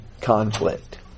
conflict